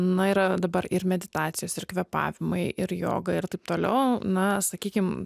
na yra dabar ir meditacijos ir kvėpavimai ir joga ir taip toliau na sakykim